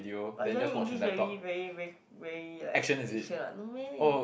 but Johnny-English very very very very like action what no meh